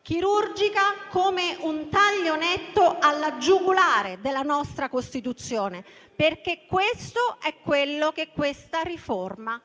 chirurgica come un taglio netto alla giugulare della nostra Costituzione, perché questo è quello che questa riforma